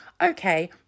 Okay